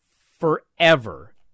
forever